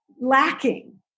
lacking